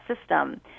system